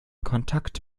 kontakt